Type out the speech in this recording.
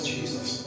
Jesus